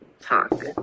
talk